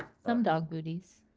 some dog booties.